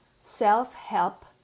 self-help